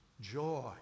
joy